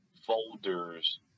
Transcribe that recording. folders